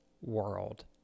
world